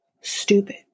stupid